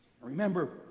remember